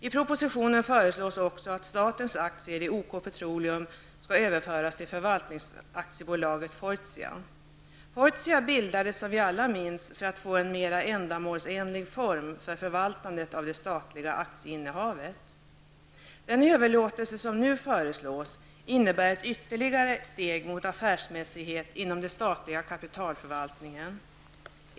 I propositionen föreslås också att statens aktier i OK Petroleum skall överföras till Förvaltningsaktiebolaget Fortia. Fortia bildades som vi alla minns för att man skulle få en mera ändmålsenlig form för förvaltandet av det statliga aktieinnehavet. Den överlåtelse som nu föreslås innebär ytterligare ett steg mot affärsmässighet inom den statliga kapitalförvaltningen.